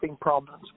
problems